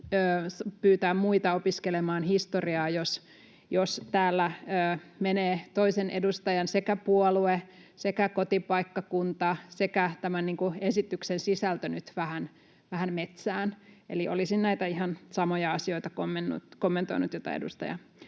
pyytää muita opiskelemaan historiaa, jos täällä menee toisen edustajan puolue sekä kotipaikkakunta sekä tämän esityksen sisältö nyt vähän metsään. Eli olisin näitä ihan samoja asioita kommentoinut, joita edustaja